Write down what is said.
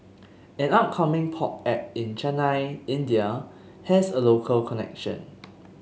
an upcoming pop act in Chennai India has a local connection